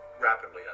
rapidly